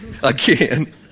Again